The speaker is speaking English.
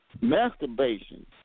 Masturbation